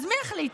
אז מי יחליט?